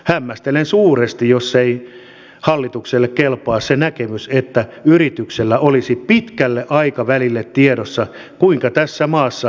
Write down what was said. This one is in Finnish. hämmästelen suuresti jos ei hallitukselle kelpaa se näkemys että yrityksillä olisi pitkälle aikavälille tiedossa kuinka tässä maassa palkkakehitystä hoidetaan